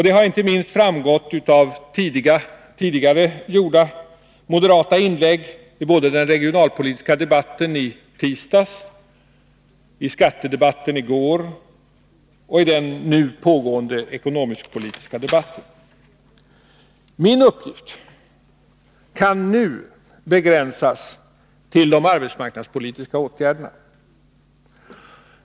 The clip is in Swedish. Det har inte minst framgått av tidigare moderata inlägg både i den regionalpolitiska debatten i tisdags, i skattedebatten i går och i den nu pågående ekonomisk-politiska debatten. Min uppgift kan därför nu begränsas till de arbetsmarknadspolitiska åtgärderna.